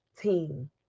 team